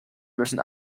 müssen